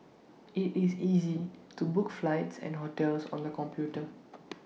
IT is easy to book flights and hotels on the computer